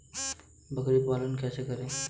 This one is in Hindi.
बकरी पालन कैसे करें?